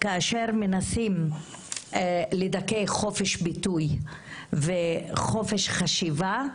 כאשר מנסים לדכא חופש דיכוי וחופש חשיבה,